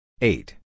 Eight